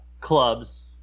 clubs